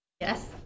yes